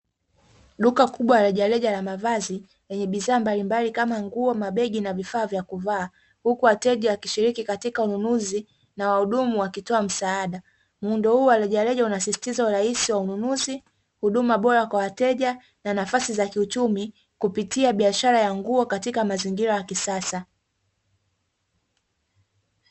Duka kubwa la rejareja la mavazi yenye bidhaa mbalimbali kama nguo mabegi na vifaa vya kuvaa, huku wateja wakishiriki katika ununuzi na wahudumu wakitoa msaada, muundo huu wa rejareja unasisitiza urahisi wa ununuzi, huduma bora kwa wateja na nafasi za kiuchumi kupitia biashara ya nguo katika mazingira ya kisasa.